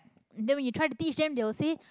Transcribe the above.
then when you try to teach them they will say